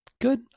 good